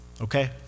okay